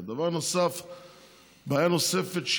בעיה נוספת,